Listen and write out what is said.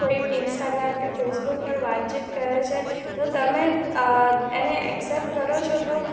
કોઈ ઇન્સ્ટાગ્રામ કે ફેસબુક પર વાતચીત કરે છે તો તમે એને એક્સેપ્ટ કરો છો તો